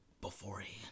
beforehand